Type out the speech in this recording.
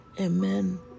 Amen